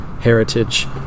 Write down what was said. heritage